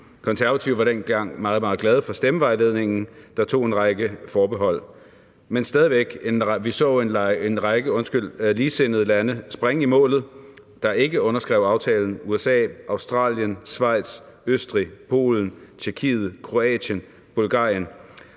Konservative var dengang meget, meget glade for stemmeforklaringen, der tog en række forbehold. Men stadig væk så vi en række ligesindede lande springe i målet og ikke underskrive aftalen: USA, Australien, Schweiz, Østrig, Polen, Tjekkiet, Kroatien og Bulgarien.